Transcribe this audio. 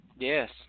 Yes